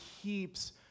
keeps